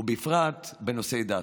ובפרט בנושאי דת.